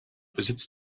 besitzt